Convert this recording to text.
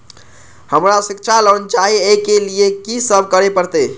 हमरा शिक्षा लोन चाही ऐ के लिए की सब करे परतै?